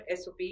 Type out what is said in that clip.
sop